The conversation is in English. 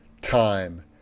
time